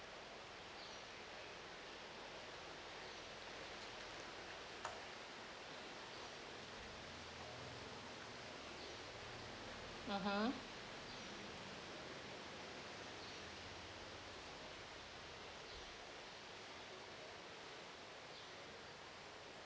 mmhmm